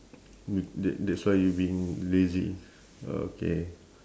t~ that~ that's why you being lazy okay